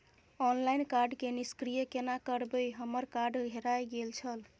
Online card के निष्क्रिय केना करबै हमर कार्ड हेराय गेल छल?